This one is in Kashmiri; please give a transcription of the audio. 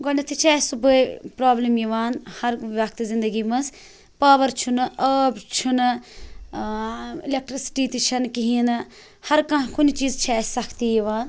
گۄڈٕنٮ۪تھٕے چھِ اَسہِ صُبحٲے پرٛابلِم یِوان ہر وقتہٕ زندگی منٛز پاوَر چھُنہٕ آب چھُنہٕ اٮ۪لٮ۪کٹرٛسٹی تہِ چھَنہٕ کِہیٖنۍ نہٕ ہر کانٛہہ کُنہِ چیٖزٕچ چھِ اَسہِ سختی یِوان